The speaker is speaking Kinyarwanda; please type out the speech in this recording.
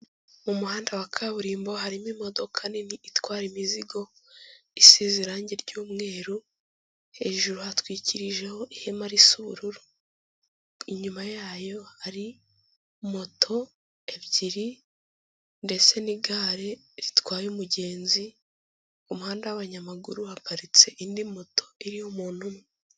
Umuhanda wa kaburimbo harimo imodoka nini itwara imizigo isize irangi ry'umweru, hejuru hatwikirijeho ihema risa ubururu, inyuma yayo hari moto ebyiri ndetse n'igare ritwaye umugenzi, umuhanda w'abanyamaguru haparitse indi moto iriho umuntu umwe.